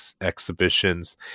exhibitions